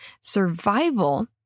Survival